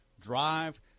drive